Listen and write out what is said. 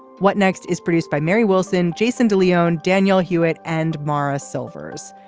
what next is produced by mary wilson jason de leone daniel hewett and mara silvers.